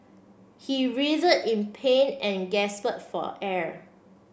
he in pain and gasped for air